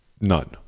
none